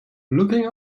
looking